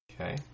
Okay